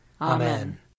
Amen